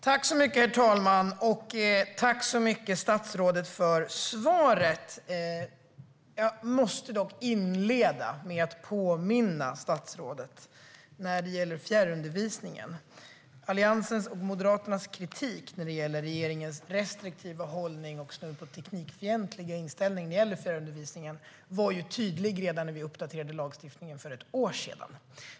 Herr talman! Tack så mycket, statsrådet, för svaret! Jag måste dock inleda med att påminna statsrådet om fjärrundervisningen. Alliansens och Moderaternas kritik mot regeringens restriktiva hållning och teknikfientliga inställning till fjärrundervisningen var ju tydlig redan när lagstiftningen uppdaterades för ett år sedan.